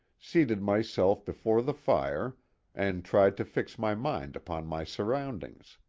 seated myself before the fire and tried to fix my mind upon my surroundings.